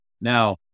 Now